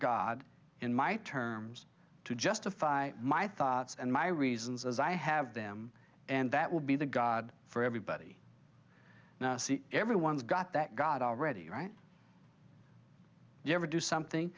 god in my terms to justify my thoughts and my reasons as i have them and that will be the god for everybody now see everyone's got that god already right you ever do something